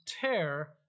tear